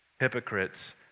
hypocrites